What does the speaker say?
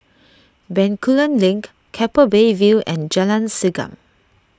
Bencoolen Link Keppel Bay View and Jalan Segam